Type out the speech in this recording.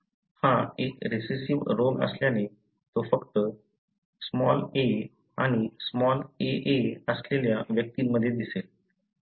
हा एक रिसेसिव्ह रोग असल्याने तो फक्त लहान "a" आणि लहान "a" असलेल्या व्यक्तींमध्ये दिसेल